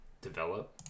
develop